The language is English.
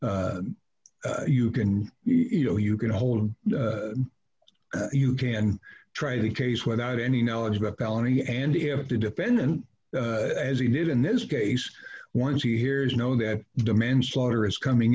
least you can you know you can hold and you can try the case without any knowledge about felony and if the defendant as he did in this case once he hears know that demand slaughter is coming